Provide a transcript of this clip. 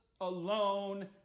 alone